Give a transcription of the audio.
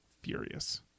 furious